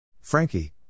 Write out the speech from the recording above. Frankie